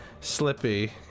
Slippy